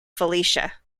felicia